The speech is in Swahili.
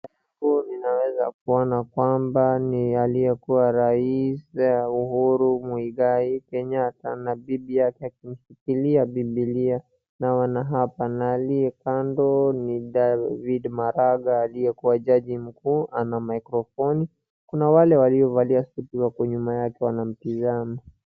Huku ninaweza kuona kwamba ni aliyekuwa rais Uhuru Mwigai Kenyatta na bibi yake akimshikilia bibilia na wanaapa, na aliyekando ni David Maraga aliyekuwa jaji mkuu ana mikrofoni, kuna wale waliovalia suti wako nyuma yake wanamtazama.